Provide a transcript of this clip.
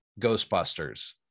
ghostbusters